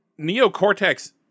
Neocortex